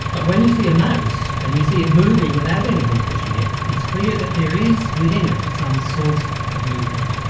but when you see a mouse and you see it moving without anything pushing it, it's clear that there is within it, some source of movement.